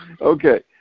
Okay